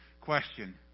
question